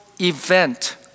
event